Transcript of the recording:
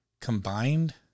combined